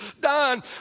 done